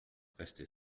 restait